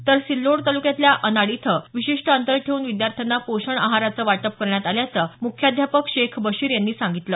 तर सिल्लोड तालुक्यातील अनाड इथं विशिष्ट अंतर ठेवून विद्यार्थ्यांना पोषण आहाराचं वाटप करण्यात आल्याचं मुख्याध्यापक शेख बशीर यांनी सांगितलं